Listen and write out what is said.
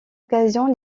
occasions